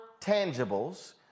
tangibles